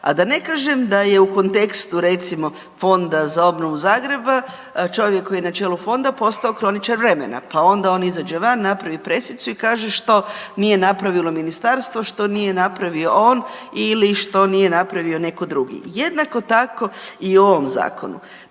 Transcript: a da ne kažem da je u kontekstu, recimo Fonda za obnovu Zagreba čovjek koji je na čelu Fonda, postao kroničar vremena, pa onda on izađe van, napravi pressicu i kaže što nije napravilo Ministarstvo, što nije napravio on ili što nije napravio netko drugi. Jednako tako, i u ovom Zakonu.